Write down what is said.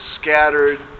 scattered